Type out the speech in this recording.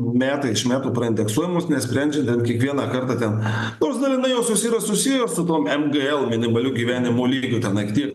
metai iš metų praindeksuojamos nesprendžiant ten kiekvieną kartą ten nors dalinai josios yra susiję su tuom mgl minimaliu gyvenimo lygiu tenai tiek